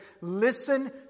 listen